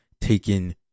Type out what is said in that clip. taken